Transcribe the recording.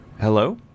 hello